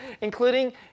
including